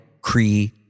Cree